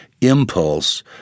impulse